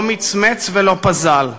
לא מצמץ ולא פזל.